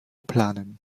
planen